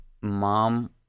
mom